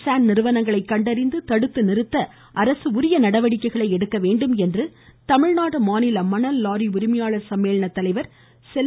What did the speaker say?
sand நிறுவனங்களை கண்டறிந்து தடுத்து நிறுத்த அரசு நடவடிக்கை எடுக்க வேண்டும் என்று தமிழ்நாடு மாநில மணல் லாரி உரிமையாளர் சம்மேளன தலைவர் செல்ல